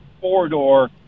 four-door